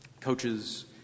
Coaches